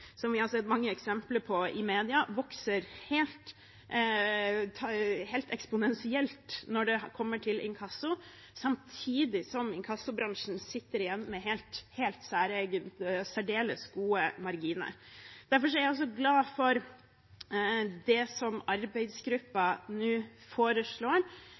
som vi har sett mange eksempler på i media, vokser helt eksponentielt når det kommer til inkasso, samtidig som inkassobransjen sitter igjen med særdeles gode marginer. Derfor er jeg glad for det som arbeidsgruppen nå foreslår.